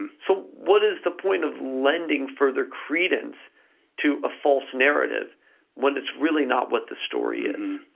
and so what is the point of lending further credence to a false narrative when it's really not what the story is?